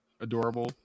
adorable